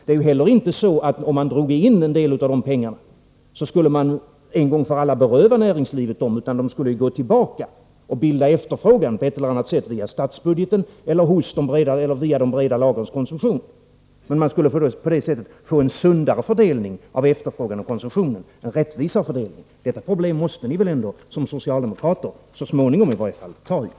Det är heller inte så att om man drogin en del av de pengarna skulle man en gång för alla beröva näringslivet dem, utan pengarna skulle gå tillbaka och bilda efterfrågan på ett eller annat sätt — via statsbudgeten eller via de breda lagrens konsumtion. Man skulle på det sättet få en sundare fördelning av efterfrågan och konsumtionen, en rättvisare fördelning. Detta problem måste ni väl ändå som socialdemokrater, i varje fall så småningom, ta itu med.